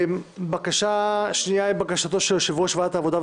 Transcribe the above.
הבקשה השנייה היא בקשתו של יושב-ראש ועדת העבודה,